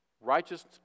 righteous